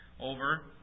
over